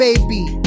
baby